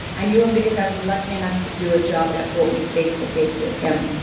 i knew him because i was lucky enough to do a job that brought me face to face with him,